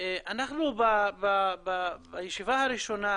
אנחנו בישיבה הראשונה,